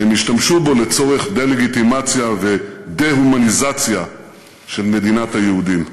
והם השתמשו בו לצורך דה-לגיטימציה ודה-הומניזציה של מדינת היהודים.